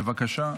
בבקשה.